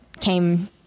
came